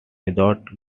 without